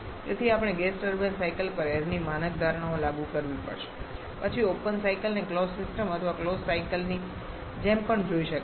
તેથી આપણે gas turbine cycle પર એઈરની માનક ધારણાઓ લાગુ કરવી પડશે પછી ઓપન સાયકલને ક્લોઝ સિસ્ટમ અથવા ક્લોઝ સાયકલની જેમ પણ જોઈ શકાય છે